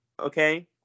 okay